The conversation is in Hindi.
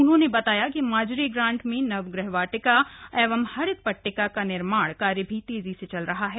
उन्होंने बताया कि माजरी ग्रान्ट में नवग्रह वाटिका एवं हरित पट्टिका का निर्माण कार्य भी तेजी से किया जा रहा है